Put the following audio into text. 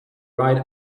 ride